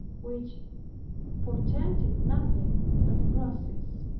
which portended nothing but crosses,